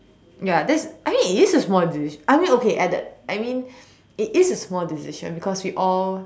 ya that's I mean it is a small decision I mean okay at that I mean it is a small decision because we all